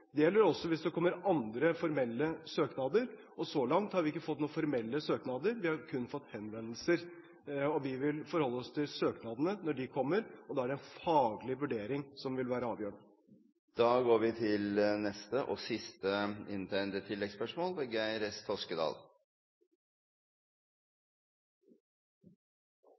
Det gjelder også hvis det kommer andre formelle søknader. Så langt har vi ikke fått noen formelle søknader, vi har kun fått henvendelser. Vi vil forholde oss til søknadene når de kommer, og da er det en faglig vurdering som vil være avgjørende. Geir S. Toskedal – til